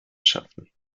schaffen